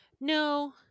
No